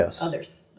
others